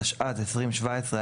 התשע"ז -2017,